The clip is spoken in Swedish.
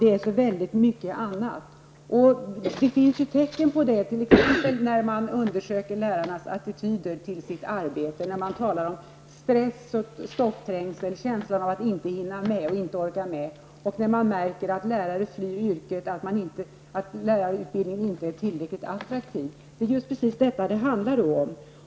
Det är så väldigt mycket annat som skolan skall göra. Man får tecken på det när man undersöker lärarnas attityder till sitt arbete. Lärarna talar då om stress och en känsla att inte hinna och orka med. Man märker att lärarna flyr yrket och lärarutbildningen inte är tillräckligt attraktiv. Det är precis detta det handlar om.